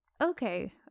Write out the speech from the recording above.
Okay